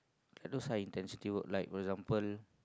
like those high intensity work like for example